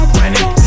running